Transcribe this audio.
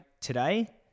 today